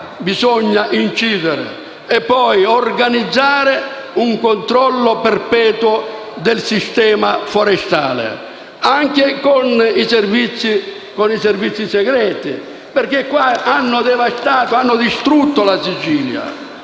bisogna incidere. Occorre poi organizzare un controllo perpetuo del sistema forestale, anche con i servizi segreti, perché si è devastata e distrutta la Sicilia.